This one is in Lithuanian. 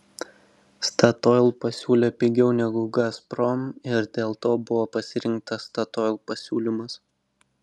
statoil pasiūlė pigiau negu gazprom ir dėl to buvo pasirinktas statoil pasiūlymas